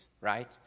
right